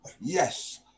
Yes